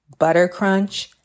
buttercrunch